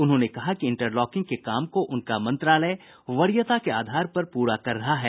उन्होंने कहा कि इंटरलॉकिंग के काम को उनका मंत्रालय वरीयता के आधार पर प्ररा कर रहा है